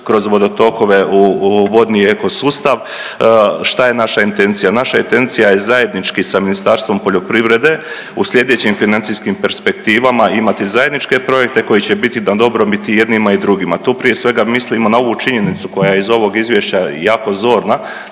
kroz vodotokove u vodni ekosustav. Šta je naša intencija? Naša intencija je zajednički sa Ministarstvom poljoprivrede u slijedećim financijskim perspektivama imati zajedničke projekte koji će biti na dobrobit i jednima i drugima. Tu prije svega mislimo na ovu činjenicu koja je iz ovog izvješća jako zorna